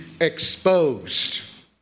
exposed